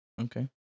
Okay